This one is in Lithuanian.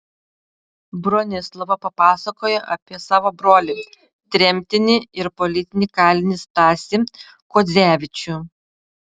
bronislava papasakojo apie savo brolį tremtinį ir politinį kalinį stasį kuodzevičių